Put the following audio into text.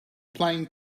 playing